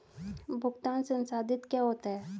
भुगतान संसाधित क्या होता है?